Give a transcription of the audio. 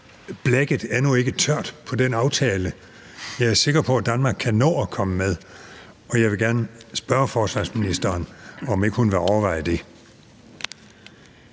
aftale endnu ikke tørt. Jeg er sikker på, at Danmark kan nå at komme med, og jeg vil gerne spørge forsvarsministeren, om hun ikke vil overveje det.